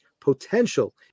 potential